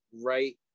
right